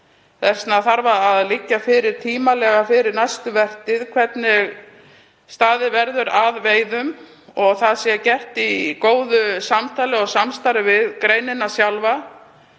vegna þarf að liggja fyrir tímanlega fyrir næstu vertíð hvernig staðið verður að veiðum og það þarf að gera í góðu samtali og samstarfi við greinina sjálfa,